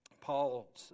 Paul